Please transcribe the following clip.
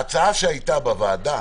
ההצעה שהייתה בוועדה